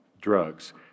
drugs